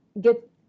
get